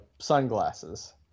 sunglasses